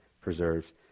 preserves